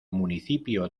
municipio